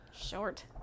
Short